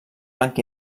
blanc